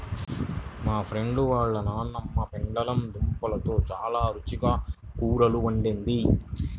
మా ఫ్రెండు వాళ్ళ నాన్నమ్మ పెండలం దుంపలతో చాలా రుచిగా కూరలు వండిద్ది